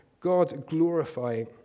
God-glorifying